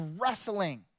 wrestling